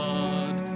God